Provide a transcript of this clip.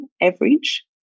average